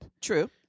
True